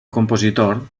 compositor